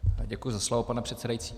Děkuji za slovo, pane předsedající.